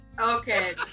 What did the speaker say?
okay